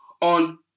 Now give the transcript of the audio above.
on